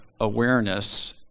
awareness